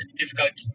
difficult